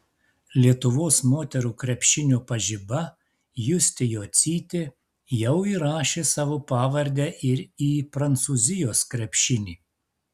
lietuvos moterų krepšinio pažiba justė jocytė jau įrašė savo pavardę ir į prancūzijos krepšinį